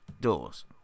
doors